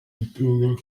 umutungo